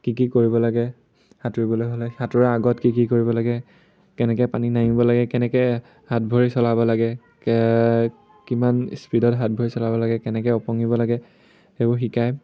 কি কি কৰিব লাগে সাঁতুৰিবলৈ হ'লে সাঁতোৰাৰ আগত কি কি কৰিব লাগে কেনেকে পানীত নামিব লাগে কেনেকে হাত ভৰি চলাব লাগে কি কিমান স্পীডত হাত ভৰি চলাব লাগে কেনেকে ওপঙিব লাগে সেইবোৰ শিকায়